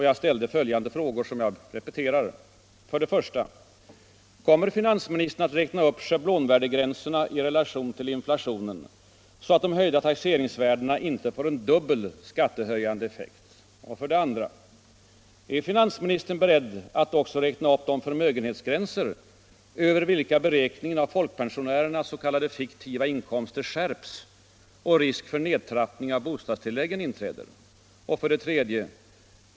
Jag ställde då följande frågor, som jag nu repeterar: 1. Kommer finansministern att räkna upp schablonvärdegränserna i relation till inflationen, så att de höjda taxeringsvärdena inte får en dubbelt skattehöjande effekt? 2. Är finansministern beredd att också räkna upp de förmögenhetsgränser över vilka beräkningen av folkpensionärernas s.k. fiktiva inkomster skärps och risk för nedtrappning av bostadstilläggen inträder? 3.